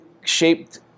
shaped